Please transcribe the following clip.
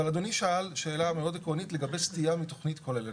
אבל אדוני שאל שאלה מאוד עקרונית לגבי סטייה מתכנית כוללנית.